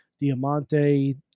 Diamante